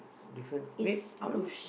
different m~